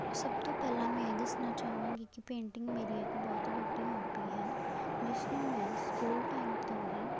ਸਭ ਤੋਂ ਪਹਿਲਾਂ ਮੈਂ ਇਹ ਦੱਸਣਾ ਚਾਹਵਾਂਗੀ ਕਿ ਪੇਂਟਿੰਗ ਮੇਰੀ ਇਕ ਬਹੁਤ ਵੱਡੀ ਹੋਬੀ ਹੈ ਜਿਸਨੂੰ ਮੈਂ ਸਕੂਲ ਟਾਈਮ ਤੋਂ ਹੀ